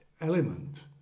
element